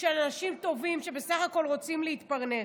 של אנשים טובים שבסך הכול רוצים להתפרנס.